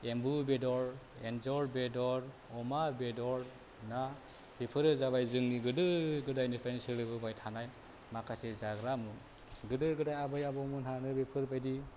एमबु बेदर एन्जर बेदर अमा बेदर ना बेफोरो जाबाय जोंनि गोदो गोदायनिफ्रायनो सोलिबोबाय थानाय माखासे जाग्रा मुं गोदो गोदाय आबौ मोनहानो बेफोरबायदि